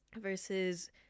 versus